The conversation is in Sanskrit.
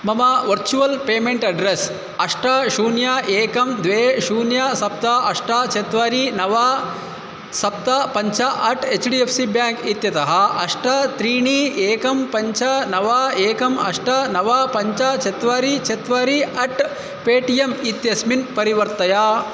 मम वर्चुवल् पेमेण्ट् अड्रेस् अष्ट शून्यम् एकं द्वे शून्यम् सप्त अष्ट चत्वारि नव सप्त पञ्च at H D F C bank इत्यतः अष्ट त्रीणि एकं पञ्च नव एकम् अष्ट नव पञ्च चत्वारि चत्वारि अट् पे टी एम् इत्यस्मिन् परिवर्तय